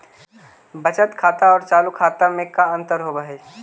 बचत खाता और चालु खाता में का अंतर होव हइ?